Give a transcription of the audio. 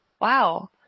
Wow